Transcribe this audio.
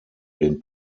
den